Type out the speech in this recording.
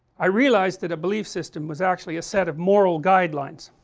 i realized that a belief system was actually a set of moral guidelines